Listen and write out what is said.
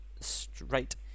straight